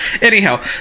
anyhow